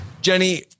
Jenny